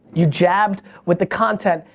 you jabbed with the content,